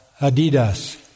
Adidas